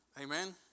Amen